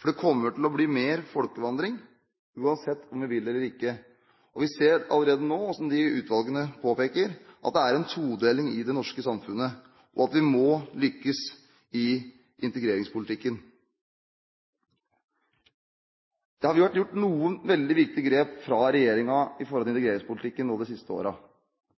for det kommer til å bli mer folkevandring, uansett om vi vil det eller ikke. Vi ser allerede nå hvordan disse utvalgene påpeker at det er en todeling i det norske samfunnet, og at vi må lykkes i integreringspolitikken. Det har vært gjort noen veldig viktige grep fra regjeringens side når det gjelder integreringspolitikken de siste